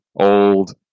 old